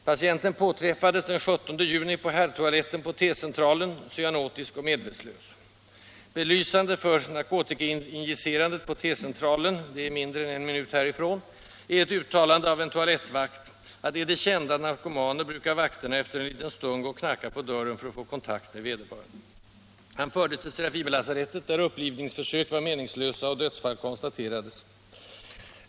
Patienten påträffades den 17 juni på herrtoaletten på T-central2n, cyanotisk och medvetslös. Belysande för narkotikainjicerandet på T-centralen — mindre än en minut härifrån — är ett uttalande av en toalettvakt, att ”när det gäller kända narkomaner brukar vakterna efter en liten stund gå och knacka på dörren för att få kontakt med vederbörande”. Han fördes till Serafimerlasarettet, där upplivningsförsök var meningslösa och dödsfallet konstaterades.